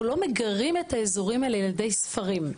לא מגרים את האזורים האלה על-ידי ספרים.